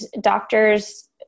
doctors